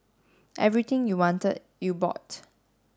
everything you wanted you bought